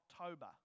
October